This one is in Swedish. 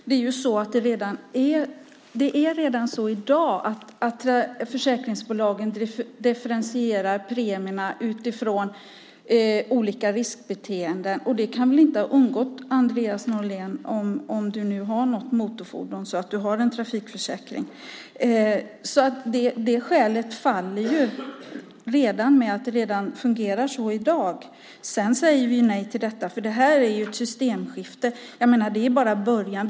Herr talman! Redan i dag differentierar försäkringsbolagen premierna utifrån olika riskbeteenden. Det kan väl inte ha undgått Andreas Norlén - om du har något motorfordon, så att du har en trafikförsäkring. Det skälet faller med att det fungerar så redan i dag. Vi säger nej till detta. Det här är ett systemskifte, och det här är bara början.